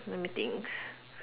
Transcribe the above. let me think